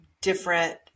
different